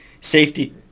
safety